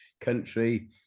country